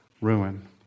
ruin